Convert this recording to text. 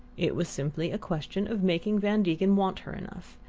it was simply a question of making van degen want her enough,